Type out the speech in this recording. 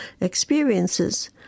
experiences